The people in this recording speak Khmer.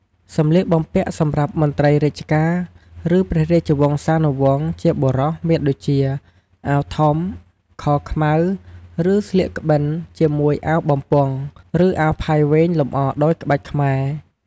សម្លៀកបំពាក់សម្រាប់មន្រ្តីរាជការ ឬព្រះរាជវង្សានុវង្សជាបុរសមានដូចជា អាវធំ ខោខ្មៅ ឬ ស្លៀកក្បិនជាមួយអាវបំពង់ ឬអាវផាយវែង លម្អដោយក្បាច់ខ្មែរ។